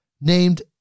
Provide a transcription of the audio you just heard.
named